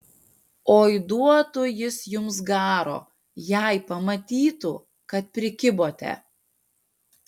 oi duotų jis jums garo jei pamatytų kad prikibote